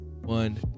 one